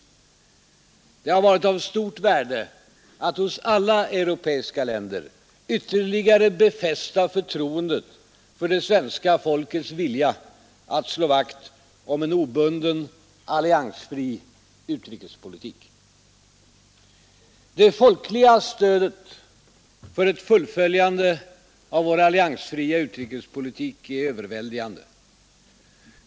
Det har varit av stort värde att hos alla europeiska länder ytterligare befästa förtroendet för det svenska folkets vilja att slå vakt om en obunden, alliansfri utrikespolitik. Det folkliga stödet för ett fullföljande av vår alliansfria utrikespolitik är överväldigande.